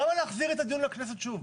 אז למה להחזיר את הדיון לכנסת שוב?